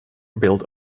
built